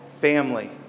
family